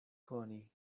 koni